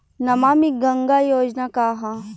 नमामि गंगा योजना का ह?